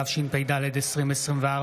התשפ"ד 2024,